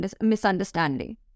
misunderstanding